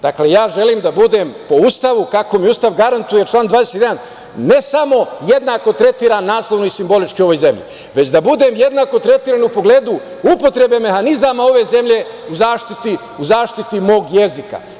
Dakle, ja želim da budem po Ustavu, kako mi Ustav garantuje, član 21, ne samo jednako tretiran, naslovno i simbolički u ovoj zemlji, već da budem jednako tretiran u pogledu upotrebe mehanizama ove zemlje u zaštiti mog jezika.